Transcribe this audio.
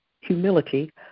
humility